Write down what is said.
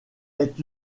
est